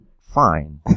Fine